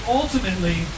ultimately